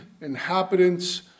inhabitants